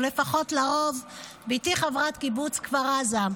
או לפחות לרוב, בתי חברת קיבוץ כפר עזה.